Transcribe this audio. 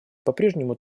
попрежнему